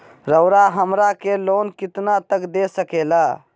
रउरा हमरा के लोन कितना तक का दे सकेला?